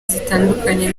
zitandukanye